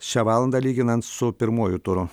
šią valandą lyginant su pirmuoju turu